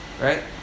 right